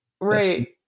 Right